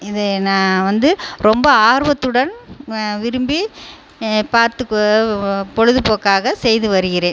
இது நான் வந்து ரொம்ப ஆர்வத்துடன் விரும்பி பார்த்து பொழுதுபோக்காக செய்து வருகிறேன்